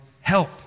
help